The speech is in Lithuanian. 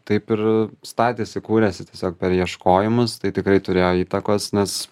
taip ir statėsi kūrėsi tiesiog per ieškojimus tai tikrai turėjo įtakos nes